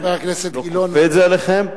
לא כופה את זה עליכם.